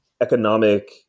economic